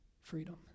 freedom